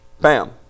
bam